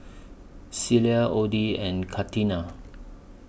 Cilla Odie and Catina